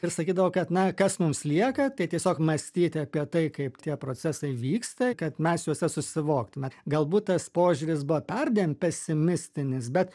ir sakydavo kad na kas mums lieka tai tiesiog mąstyti apie tai kaip tie procesai vyksta kad mes juose susivoktume galbūt tas požiūris buvo perdėm pesimistinis bet